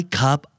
cup